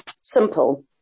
simple